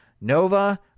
Nova